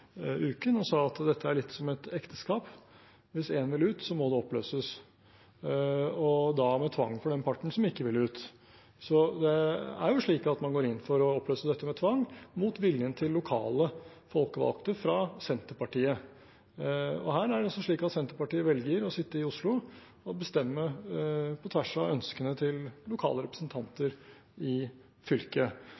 uken og sa at dette er litt som et ekteskap; hvis én vil ut, så må det oppløses, og da med tvang for den parten som ikke vil ut. Så det er jo slik at man går inn for å oppløse dette med tvang, mot viljen til lokale folkevalgte fra Senterpartiet. Her er det altså slik at Senterpartiet velger å sitte i Oslo og bestemme – på tvers av ønskene til lokale representanter